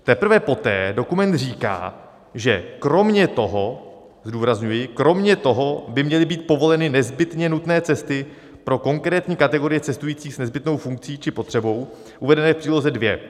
Teprve poté dokument říká, že kromě toho zdůrazňuji kromě toho by měly být povoleny nezbytně nutné cesty pro konkrétní kategorie cestujících s nezbytnou funkcí či potřebou uvedené v příloze dvě.